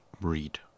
breed